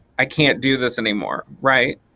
i can't do this anymore right?